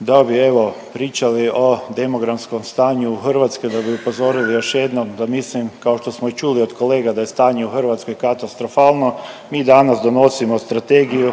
da bi evo pričali o demografskom stanju Hrvatske, da bi upozorili još jednom da mislim, kao što smo i čuli od kolega da je stanje u Hrvatskoj katastrofalno, mi danas donosimo strategiju